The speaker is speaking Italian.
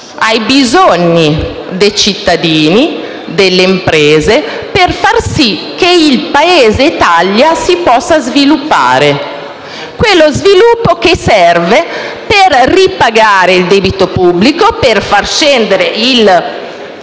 ai bisogni dei cittadini e delle imprese, per far sì che il Paese Italia si possa sviluppare. Stiamo parlando dello sviluppo che serve per ripagare il debito pubblico e far scendere il